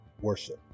worship